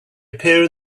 appear